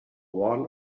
one